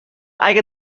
اگه